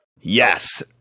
Yes